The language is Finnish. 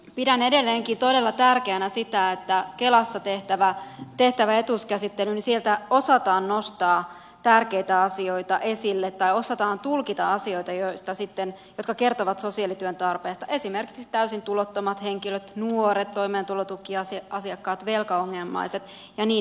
pidän edelleenkin todella tärkeänä sitä että kelassa tehtävässä etuuskäsittelyssä osataan nostaa tärkeitä asioita esille osataan tulkita asioita jotka kertovat sosiaalityön tarpeesta esimerkiksi täysin tulottomat henkilöt nuoret toimeentulotukiasiakkaat velkaongelmaiset ja niin edespäin